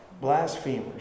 Blasphemers